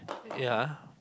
yea